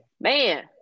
Man